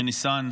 ימי ניסן,